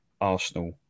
Arsenal